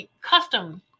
custom